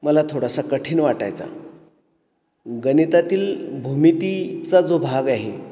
मला थोडासा कठीण वाटायचा गणितातील भूमितीचा जो भाग आहे